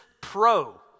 pro